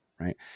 Right